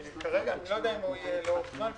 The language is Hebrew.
אני לא יודע אם הוא יהיה לאורך זמן.